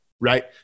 right